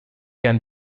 can